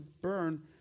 burn